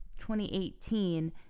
2018